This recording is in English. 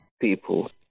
people